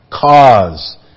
cause